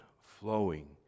flowing